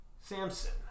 Samson